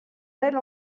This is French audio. ailes